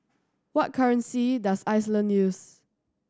what currency does Iceland use